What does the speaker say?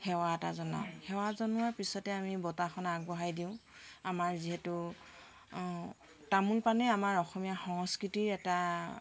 সেৱা এটা জনাওঁ সেৱা জনোৱাৰ পিছতে আমি বঁটাখন আগবঢ়াই দিওঁ আমাৰ যিহেতু তামোল পাণেই আমাৰ অসমীয়া সংস্কৃতিৰ এটা